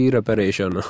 Reparation